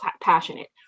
passionate